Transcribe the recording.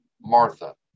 Martha